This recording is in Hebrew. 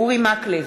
אורי מקלב,